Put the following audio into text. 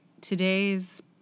today's